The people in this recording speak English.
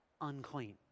unclean